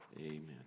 Amen